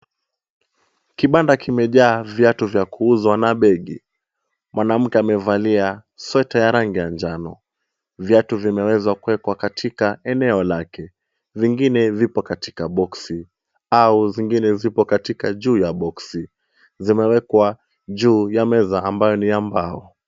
Kibanda kimejaa viatu vya kuuzwa na begi. Mwanamke amevalia sweta ya rangi ya njano. Viatu vimeweza kuekwa katika eneo lake, vingine vipo katika boksi au zingine zipo katika juu ya boksi. Zimewekwa juu ya meza ambayo ni ya mbao.